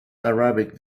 arabic